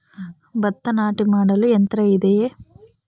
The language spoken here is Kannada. ಭತ್ತ ನಾಟಿ ಮಾಡಲು ಯಂತ್ರ ಇದೆಯೇ?